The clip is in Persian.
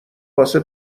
واسه